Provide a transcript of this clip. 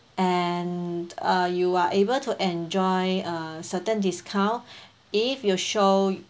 and uh you are able to enjoy uh certain discount if your show